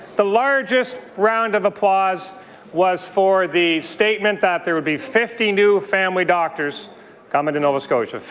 the largest round of applause was for the statement that there would be fifty new family doctors coming to nova scotia.